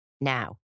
Now